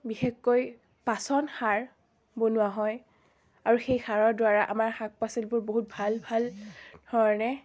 বিশেষকৈ পাচন সাৰ বনোৱা হয় আৰু সেই সাৰৰ দ্বাৰা আমাৰ শাক পাচলিবোৰ বহুত ভাল ভাল ধৰণে